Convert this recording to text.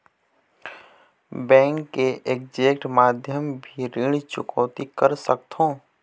Bank के agent माध्यम भी ऋण चुकौती कर सकथों?